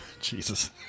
Jesus